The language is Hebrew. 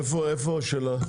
איפה שלה?